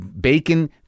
bacon